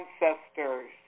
ancestors